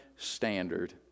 standard